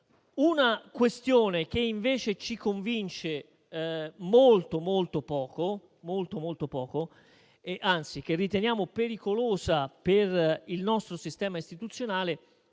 Una questione che, invece, ci convince molto poco, e anzi che riteniamo pericolosa per il nostro sistema istituzionale,